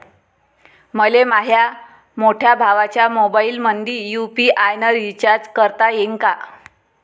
मले माह्या मोठ्या भावाच्या मोबाईलमंदी यू.पी.आय न रिचार्ज करता येईन का?